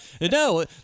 No